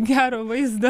gero vaizdo